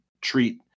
treat